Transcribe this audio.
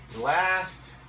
last